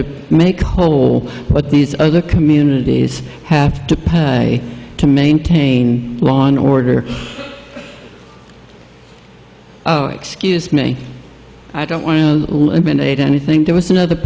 to make whole but these other communities have to pay to maintain law and order oh excuse me i don't want to eliminate anything there was another